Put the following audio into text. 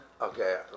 Okay